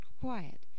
quiet